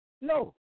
no